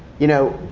you know,